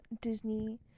Disney